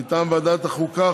מטעם ועדת החוקה,